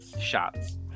shots